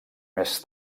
més